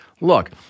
Look